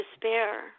despair